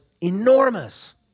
enormous